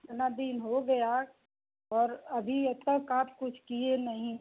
इतना दिन हो गया और अभी अब तक आप कुछ किए नहीं